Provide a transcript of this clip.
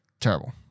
Terrible